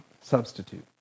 substitute